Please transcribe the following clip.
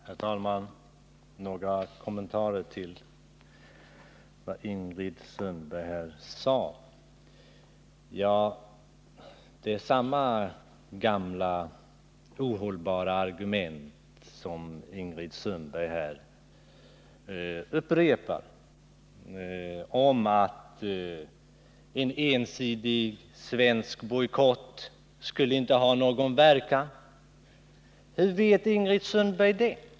Herr talman! Jag vill göra några kommentarer till vad Ingrid Sundberg sade. Ingrid Sundberg upprepar samma gamla ohållbara argument om att en ensidig svensk bojkott inte skulle ha någon verkan. Hur vet Ingrid Sundberg det?